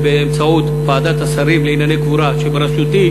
באמצעות ועדת השרים לענייני קבורה שבראשותי.